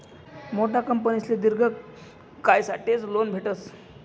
मोठा कंपनीसले दिर्घ कायसाठेच लोन भेटस